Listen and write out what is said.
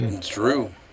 True